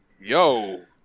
Yo